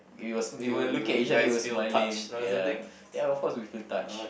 we were we were looking at each other we were smiling ya ya of course we feel touched